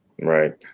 Right